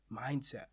mindset